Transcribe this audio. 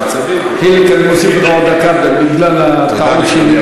חיליק, אני מוסיף לך עוד דקה בגלל הטעות שלי.